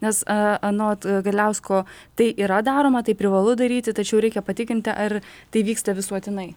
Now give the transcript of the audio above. nes anot gadliausko tai yra daroma tai privalu daryti tačiau reikia patikrinti ar tai vyksta visuotinai